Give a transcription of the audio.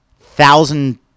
Thousand